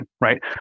right